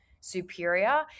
superior